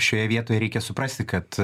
šioje vietoje reikia suprasti kad